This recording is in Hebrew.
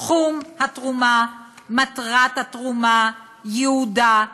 סכום התרומה, מטרת התרומה, ייעודה,